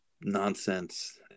nonsense